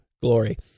glory